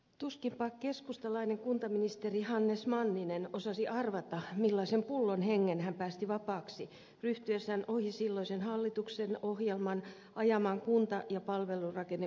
tuskinpa keskustalainen kuntaministeri hannes manninen osasi arvata millaisen pullon hengen hän päästi vapaaksi ryhtyessään ohi silloisen hallituksen ohjelman ajamaan kunta ja palvelurakenneuudistusta